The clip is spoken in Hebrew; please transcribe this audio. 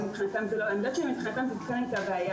אני יודעת שגם מבחינתם זאת הייתה בעיה